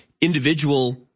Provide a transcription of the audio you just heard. individual